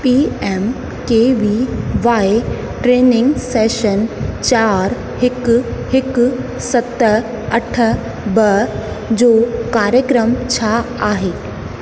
P M K V Y training session चार हिकु हिकु सत अठ ॿ जो कार्यक्रम छा आहे